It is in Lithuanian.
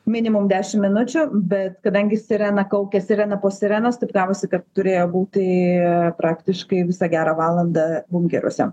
minimum dešim minučių bet kadangi sirena kaukia sirena po sirenos taip gavosi kad turėjo būti praktiškai visą gerą valandą bunkeriuose